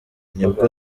nibwo